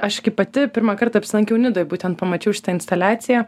aš kai pati pirmąkart apsilankiau nidoj būtent pamačiau šitą instaliaciją